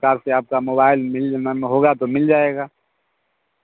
संचार से आपका मोबाईल मिल जाना म होगा तो मिल जाएगा